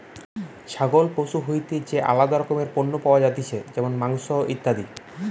ছাগল পশু হইতে যে আলাদা রকমের পণ্য পাওয়া যাতিছে যেমন মাংস, ইত্যাদি